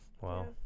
wow